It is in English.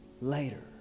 later